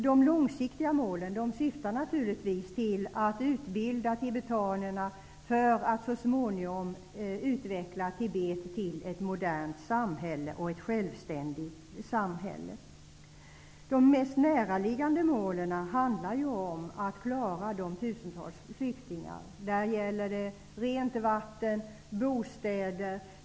De långsiktiga målen syftar naturligtvis till att utbilda tibetanerna för att så småningom utveckla Tibet till ett modernt och självständigt samhälle. De mest näraliggande målen handlar om att klara de tusentals flyktingarna. Där gäller det rent vatten och bostäder.